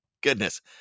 Goodness